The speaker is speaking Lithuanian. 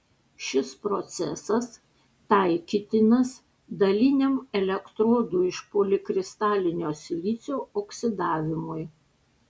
šis procesas taikytinas daliniam elektrodų iš polikristalinio silicio oksidavimui